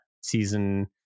season